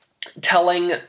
telling